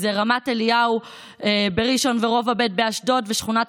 אם זה רמת אליהו בראשון ורובע ב' באשדוד ושכונת